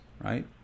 right